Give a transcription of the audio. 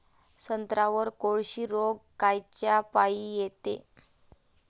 संत्र्यावर कोळशी रोग कायच्यापाई येते?